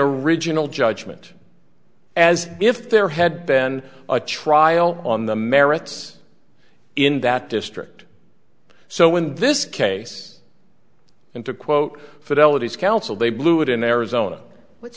regional judgement as if there had been a trial on the merits in that district so in this case and to quote fidelity's counsel they blew it in arizona what's